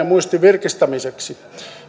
muistin virkistämiseksi